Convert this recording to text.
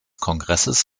kongresses